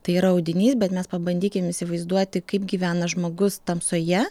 tai yra audinys bet mes pabandykim įsivaizduoti kaip gyvena žmogus tamsoje